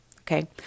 okay